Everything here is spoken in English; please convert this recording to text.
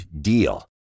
DEAL